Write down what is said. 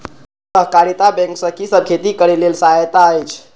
सहकारिता बैंक से कि सब खेती करे के लेल सहायता अछि?